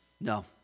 No